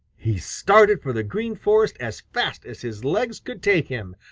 he started for the green forest as fast as his legs could take him,